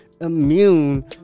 immune